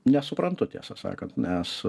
nesuprantu tiesą sakant nes